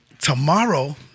tomorrow